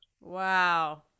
Wow